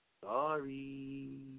Sorry